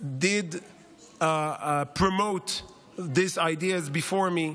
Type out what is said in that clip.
did promote these ideas before me.